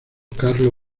carlo